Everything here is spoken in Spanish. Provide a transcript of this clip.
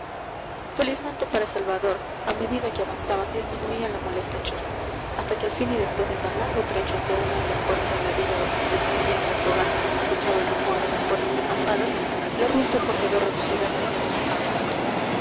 felizmente para salvador a medida que avanzaban disminuía la molesta chusma hasta que al fin y después de andar largo trecho hacia una de las puertas de la villa donde se distinguían las fogatas y se escuchaba el rumor de las fuerzas acampadas la ruin turba quedó reducida a media docena de hombres